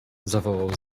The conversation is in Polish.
zawołał